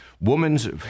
Woman's